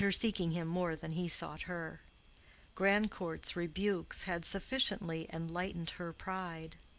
and her seeking him more than he sought her grandcourt's rebukes had sufficiently enlightened her pride.